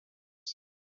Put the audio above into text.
said